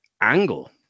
angle